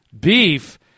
beef